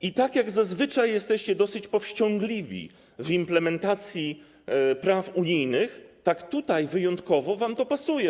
I tak jak zazwyczaj jesteście dosyć powściągliwi w implementacji praw unijnych, tak tutaj wyjątkowo wam to pasuje.